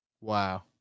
Wow